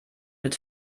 mit